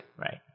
Right